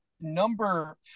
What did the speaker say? Number